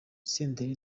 senderi